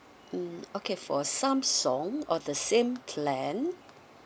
mm okay for samsung of the same plan